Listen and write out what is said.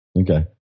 Okay